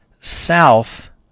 south